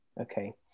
Okay